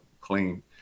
clean